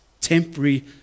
Temporary